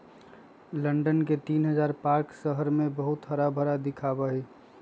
London के तीन हजार पार्क शहर के बहुत हराभरा दिखावा ही